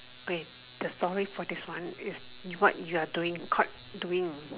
Wei the story for this one is you what you are doing caught doing